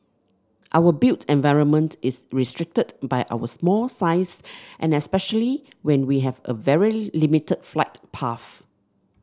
our built environment is restricted by our small size and especially when we have a very limited flight path